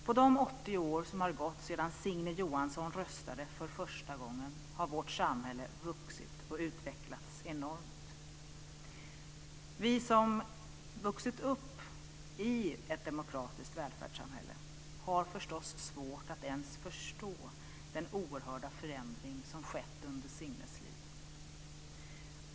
På de 80 år som har gått sedan Signe Johansson röstade för första gången har vårt samhälle vuxit och utvecklats enormt. Vi som vuxit upp i ett demokratiskt välfärdssamhälle har förstås svårt att ens förstå den oerhörda förändring som skett under Signes liv.